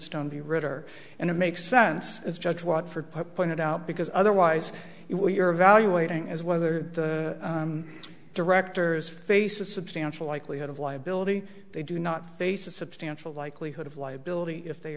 the ritter and it makes sense as judge watford put pointed out because otherwise you're evaluating is whether the directors face a substantial likelihood of liability they do not face a substantial likelihood of liability if they